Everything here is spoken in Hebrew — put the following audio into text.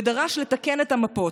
ודרש לתקן את המפות.